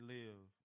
live